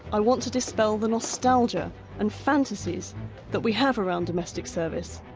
i want to dispel the nostalgia and fantasies that we have around domestic service,